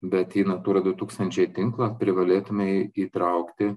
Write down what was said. bet į natūra du tūkstančiai tinklą privalėtina įtraukti